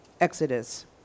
Exodus